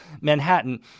Manhattan